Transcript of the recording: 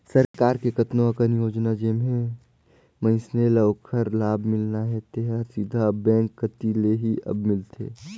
सरकार के कतनो अकन योजना जेम्हें मइनसे ल ओखर लाभ मिलना हे तेहर सीधा अब बेंक कति ले ही अब मिलथे